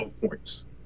points